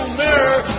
mirror